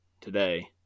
today